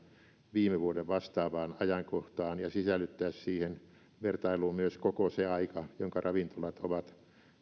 viime vuoden vastaavaan ajankohtaan ja sisällyttää siihen vertailuun myös koko se aika jonka ravintolat ovat